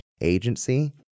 Agency